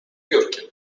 biurkiem